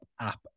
app